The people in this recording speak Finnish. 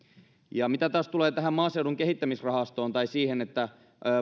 mitä taas tulee tähän maaseudun kehittämisrahastoon tai siihen että